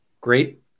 great